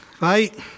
right